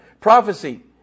Prophecy